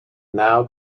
now